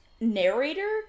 narrator